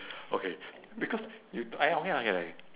okay because you